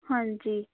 ਹਾਂਜੀ